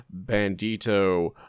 Bandito